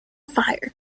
fire